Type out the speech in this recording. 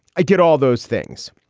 i get all those things.